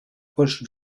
push